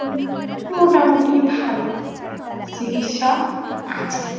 মোটামুটি ভালো চিকিৎসা আছে